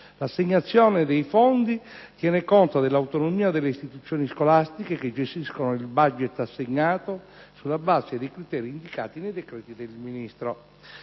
l'assegnazione dei fondi tiene conto dell'autonomia delle istituzioni scolastiche che gestiscono il *budget* assegnato sulla base dei criteri indicati nei decreti del Ministro.